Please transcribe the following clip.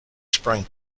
sprang